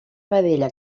vedella